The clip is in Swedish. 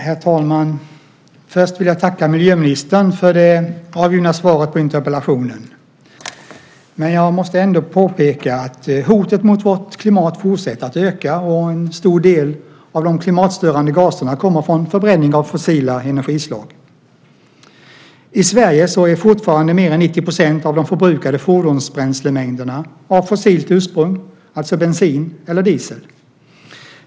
Herr talman! Först vill jag tacka miljöministern för det avgivna svaret på interpellationen. Jag måste ändå påpeka att hoten mot vårt klimat fortsätter att öka. En stor del av de klimatstörande gaserna kommer från förbränning av fossila energislag. I Sverige är fortfarande mer än 90 % av de förbrukade fordonsbränslemängderna av fossilt ursprung, alltså bensin eller diesel.